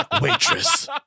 Waitress